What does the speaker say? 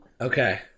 Okay